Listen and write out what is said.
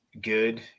good